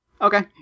Okay